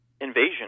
invasion